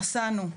נסענו,